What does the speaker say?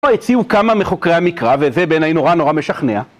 הציעו כמה מחוקרי המקרא וזה בעיניי נורא נורא משכנע